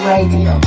Radio